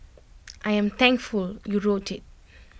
I am thankful you wrote IT